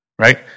right